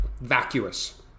vacuous